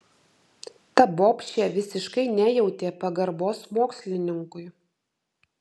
ta bobšė visiškai nejautė pagarbos mokslininkui